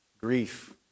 grief